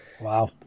wow